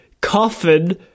Coffin